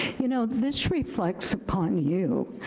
you know, this reflects upon you.